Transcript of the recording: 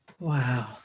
Wow